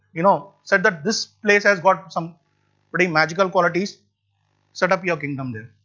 you know said that this place has got some pretty magical qualities set up your kingdom there.